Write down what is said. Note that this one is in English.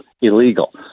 illegal